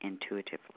intuitively